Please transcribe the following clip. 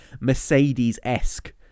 Mercedes-esque